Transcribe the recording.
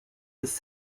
was